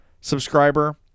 subscriber